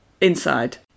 Inside